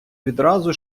відразу